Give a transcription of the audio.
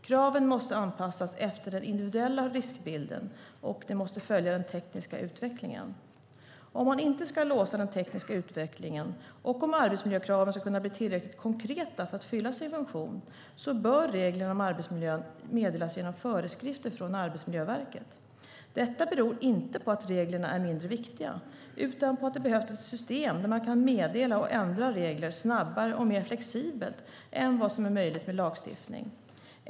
Kraven måste anpassas efter den individuella riskbilden, och de måste följa den tekniska utvecklingen. Om man inte ska låsa den tekniska utvecklingen, och om arbetsmiljökraven ska kunna bli tillräckligt konkreta för att fylla sin funktion, bör reglerna om arbetsmiljön meddelas genom föreskrifter från Arbetsmiljöverket. Detta beror inte på att reglerna är mindre viktiga, utan på att det behövs ett system där man kan meddela och ändra regler snabbare och mer flexibelt än vad som är möjligt med lagstiftning.